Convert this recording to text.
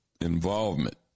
involvement